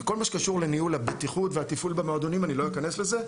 בכל מה שקשור לניהול הבטיחות והתפעול במועדונים - אני לא אכנס לזה,